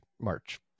March